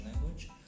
language